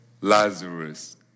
Lazarus